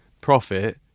profit